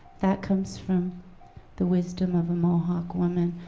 that comes from the wisdom of a mohawk woman,